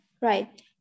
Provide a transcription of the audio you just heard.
Right